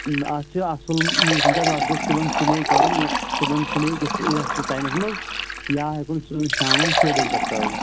اَتھ چھُ اصٕل موٗسِم چھُ اَز اصٕل صُبحن سُلے کَرُن یہِ صُبحن سُلی کِس یَتھ ٹایمَس منٛز یا ہیٚکو سُلہِ شامَن شےٚ بَجہِ پَتہٕ کَرُن